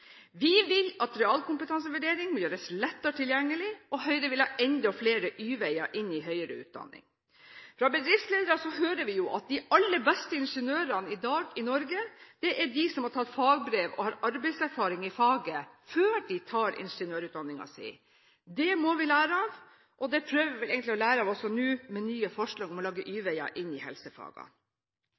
Vi vil at realkompetansevurdering må gjøres lettere tilgjengelig. Høyre vil ha enda flere Y-veier inn i høyere utdanning. Fra bedriftsledere hører vi at de aller beste ingeniørene i Norge i dag er de som har tatt fagbrev, og som har arbeidserfaring i faget, før de tar ingeniørutdanningen sin. Dette må vi lære av. Det prøver vi vel egentlig å lære av også nå, med nye forslag om å lage Y-veier inn i